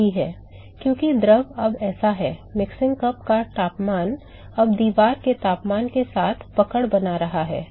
सही है क्योंकि द्रव अब ऐसा है मिक्सिंग कप का तापमान अब दीवार के तापमान के साथ पकड़ बना रहा है